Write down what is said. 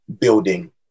building